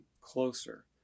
closer